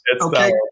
okay